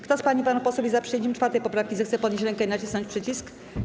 Kto z pań i panów posłów jest za przyjęciem 4. poprawki, zechce podnieść rękę i nacisnąć przycisk.